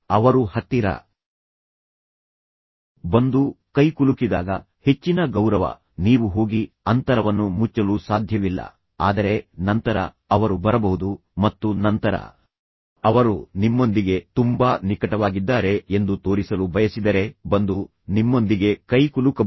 ಅವರು ಹತ್ತಿರ ಬಂದು ಕೈಕುಲುಕಿದಾಗ ಹೆಚ್ಚಿನ ಗೌರವ ನೀವು ಹೋಗಿ ಅಂತರವನ್ನು ಮುಚ್ಚಲು ಸಾಧ್ಯವಿಲ್ಲ ಆದರೆ ನಂತರ ಅವರು ಬರಬಹುದು ಮತ್ತು ನಂತರ ಅವರು ನಿಮ್ಮೊಂದಿಗೆ ತುಂಬಾ ನಿಕಟವಾಗಿದ್ದಾರೆ ಎಂದು ತೋರಿಸಲು ಬಯಸಿದರೆ ಬಂದು ನಿಮ್ಮೊಂದಿಗೆ ಕೈಕುಲುಕಬಹುದು